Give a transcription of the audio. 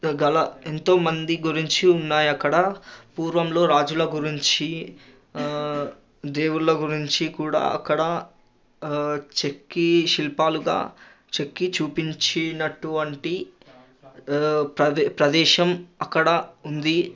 చరిత్ర గల ఎంతోమంది గురించి ఉన్నాయక్కడ పూర్వంలో రాజుల గురించి దేవుళ్ళ గురించి కూడా అక్కడ చెక్కి శిల్పాలుగ చెక్కి చూపించినటువంటి ప్ర ప్రదేశం అక్కడ ఉంది